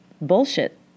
bullshit